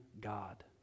God